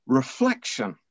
reflection